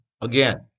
again